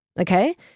Okay